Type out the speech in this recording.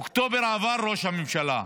אוקטובר עבר, ראש הממשלה.